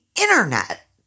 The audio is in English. internet